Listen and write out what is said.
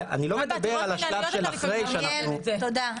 תודה.